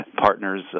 partners